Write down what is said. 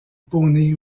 poney